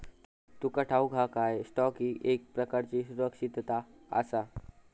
तुमका ठाऊक हा काय, स्टॉक ही एक प्रकारची सुरक्षितता आसा?